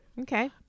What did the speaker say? Okay